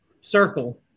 circle